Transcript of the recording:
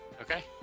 Okay